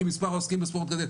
כי מספר העוסקים בספורט גדל,